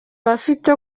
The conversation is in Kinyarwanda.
abafite